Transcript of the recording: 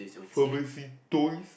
pharmacy toys